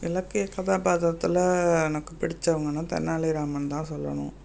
இலக்கியக் கதாப்பாத்திரத்தில் எனக்கு பிடிச்சவுங்கன்னா தெனாலிராமன் தான் சொல்லணும்